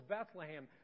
Bethlehem